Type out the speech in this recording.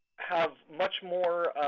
have much more